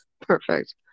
Perfect